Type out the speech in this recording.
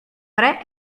pre